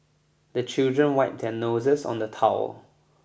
the children wipe their noses on the towel